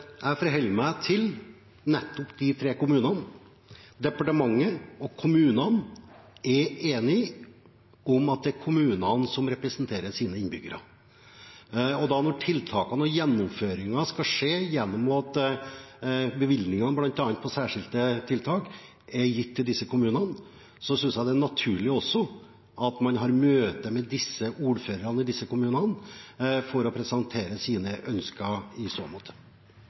det er kommunene som representerer sine innbyggere. Når da gjennomføringen av tiltakene skal skje ved at bevilgningene, bl.a. til særskilte tiltak, er gitt til disse kommunene, synes jeg det er naturlig at man har møte med ordførerne i disse kommunene for å presentere sine ønsker. Eg tillèt meg å stille fylgjande spørsmål til arbeids- og sosialministeren: «Stortinget vedtok i